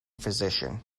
physician